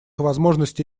возможности